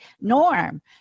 norm